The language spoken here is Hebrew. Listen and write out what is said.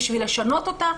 בשביל לשנות אותה,